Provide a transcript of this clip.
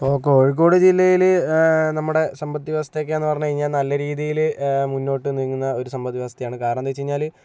ഇപ്പോൾ കോഴിക്കോട് ജില്ലയില് നമ്മുടെ സമ്പത്തിക വ്യവസ്ഥയൊക്കെയെന്ന് പറഞ്ഞു കഴിഞ്ഞാൽ നല്ല രീതിയിൽ മുന്നോട്ട് നീങ്ങുന്ന ഒരു സമ്പത്ത് വ്യവസ്ഥയാണ് കാരണമെന്താണെന്ന് വെച്ച് കഴിഞ്ഞാല്